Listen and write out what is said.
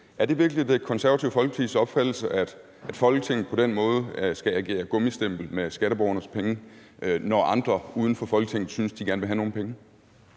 Er det virkelig Det Konservative Folkepartis opfattelse, at Folketinget på den måde skal agere gummistempel med skatteborgernes penge, når andre uden for Folketinget synes, at de vil have nogle penge?